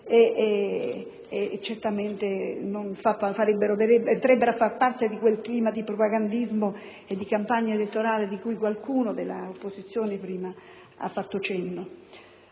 certamente entrerebbero a far parte di quel clima di propagandismo e di campagna elettorale a cui qualcuno dell'opposizione prima ha fatto cenno.